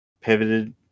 Pivoted